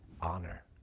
honor